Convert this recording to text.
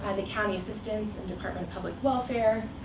and they county assistance and department of public welfare,